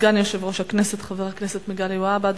סגן יושב-ראש הכנסת חבר הכנסת מגלי והבה.